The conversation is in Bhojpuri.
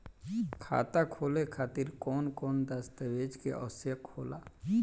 खाता खोले खातिर कौन कौन दस्तावेज के आवश्यक होला?